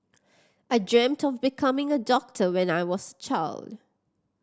I dreamt of becoming a doctor when I was child